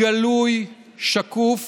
גלוי, שקוף,